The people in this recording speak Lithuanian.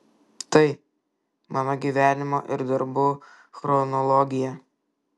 tai mano gyvenimo ir darbų chronologija